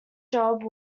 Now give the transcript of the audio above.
jobs